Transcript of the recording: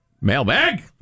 Mailbag